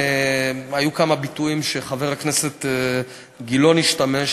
היו כמה ביטויים שחבר הכנסת גילאון השתמש